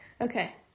okay